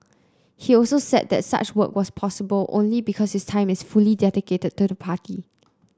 he also said that such work was possible only because his time is fully dedicated to the party